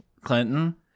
Clinton